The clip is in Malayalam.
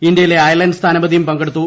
ഇന്ത്യയിലെ അയർലൻഡ് സ്ഥാനപതിയും പങ്കെടുത്തു